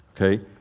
okay